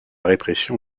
répression